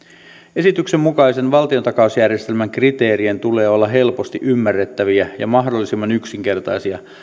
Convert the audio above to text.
esityksen mukaisen valtiontakausjärjestelmän kriteerien tulee olla helposti ymmärrettäviä ja mahdollisimman yksinkertaisia